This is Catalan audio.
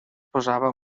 posava